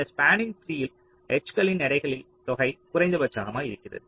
இந்த spanning tree இல் எட்ஜ்களின் எடைகளின் தொகை குறைந்தபட்சமாக இருக்கிறது